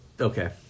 Okay